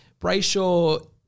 Brayshaw